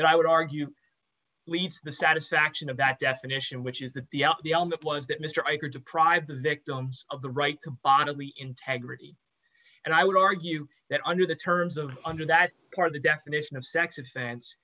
that i would argue leads to the satisfaction of that definition which is that the up the element was that mr right or deprive the victims of the right to bodily integrity and i would argue that under the terms of under that part of the definition of sex offense